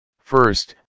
First